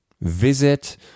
visit